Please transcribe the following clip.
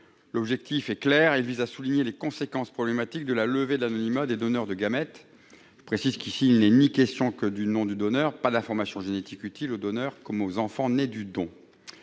objet est clair : souligner les conséquences problématiques de la levée de l'anonymat des donneurs de gamètes. Je précise qu'il n'est question que du nom du donneur, pas d'informations génétiques utiles aux donneurs comme aux enfants nés du don.